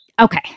Okay